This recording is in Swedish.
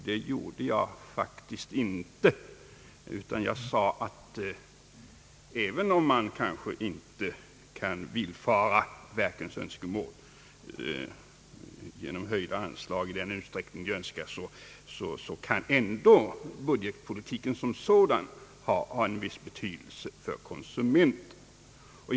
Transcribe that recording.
Det gjorde jag faktiskt inte, utan jag framhöll att även om man kanske inte kan villfara verkens önskemål i fråga om höjda anslag, så kan ändå budgetpolitiken som sådan ha en viss betydelse för konsumenten.